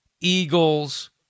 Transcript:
Eagles